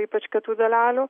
ypač kietų dalelių